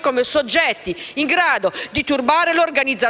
come soggetti in grado di turbare l'organizzazione